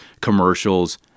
commercials